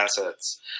assets